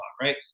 right